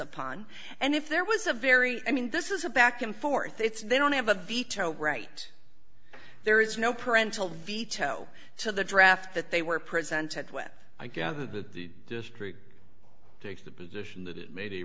upon and if there was a very i mean this is a back and forth it's they don't have a veto right there is no parental veto so the draft that they were presented with i gather that the district takes the position that it ma